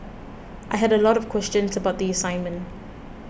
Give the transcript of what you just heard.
I had a lot of questions about the assignment